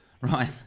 Right